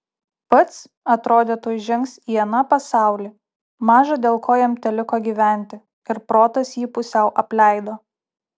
pats atrodė tuoj žengs į aną pasaulį maža dėl ko jam teliko gyventi ir protas jį pusiau apleido